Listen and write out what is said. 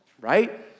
right